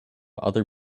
other